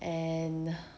and eh